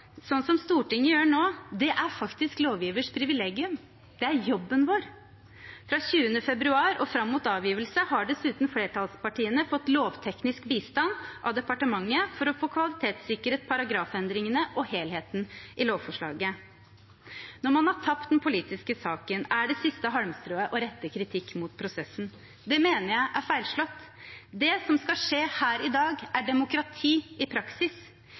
Stortinget gjør nå, er faktisk lovgiverens privilegium. Det er jobben vår. Fra 20. februar og fram mot avgivelse har dessuten flertallspartiene fått lovteknisk bistand av departementet for å få kvalitetssikret paragrafendringene og helheten i lovforslaget. Når man har tapt den politiske saken, er det siste halmstrået å rette kritikk mot prosessen. Det mener jeg er feilslått. Det som skal skje her i dag, er demokrati i praksis.